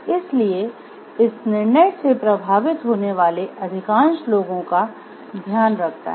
इसलिए इस निर्णय से प्रभावित होने वाले अधिकांश लोगों का ध्यान रखता है